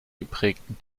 geprägten